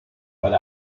but